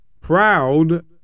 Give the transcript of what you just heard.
Proud